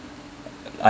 I